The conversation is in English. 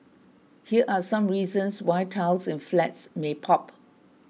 here are some reasons why tiles in flats may pop